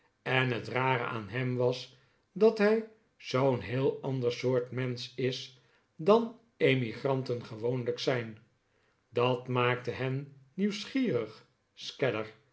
en het rare aan hem was dat hij zoo'n heel ander soort mensch is dan emigranten gewoonlijk zijn dat maakte hen nieuwsgierig